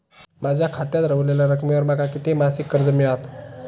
माझ्या खात्यात रव्हलेल्या रकमेवर माका किती मासिक कर्ज मिळात?